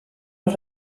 los